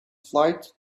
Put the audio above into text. flight